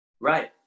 Right